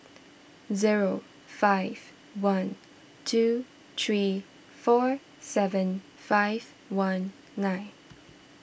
zero five one two three four seven five one nine